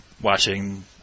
watching